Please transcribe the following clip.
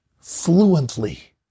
fluently